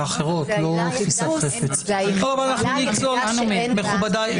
זו העילה היחידה שאין בה --- מכובדיי,